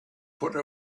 put